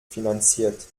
finanziert